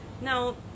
now